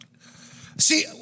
See